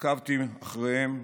עקבתי אחריהם,